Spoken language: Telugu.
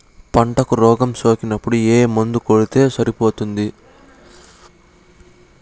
పంటకు రోగం సోకినపుడు ఏ మందు కొడితే సరిపోతుంది?